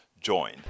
join